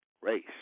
race